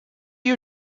you